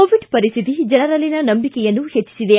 Covid ಪರಿಸ್ವಿತಿ ಜನರಲ್ಲಿನ ನಂಬಿಕೆಯನ್ನು ಹೆಚ್ವಿಸಿದೆ